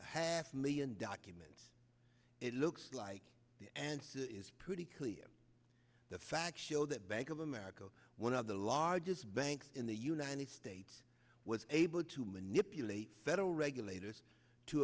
half a million documents it looks like the answer is pretty clear the facts show that bank of america one of the largest banks in the united states was able to manipulate federal regulators to